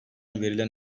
verilen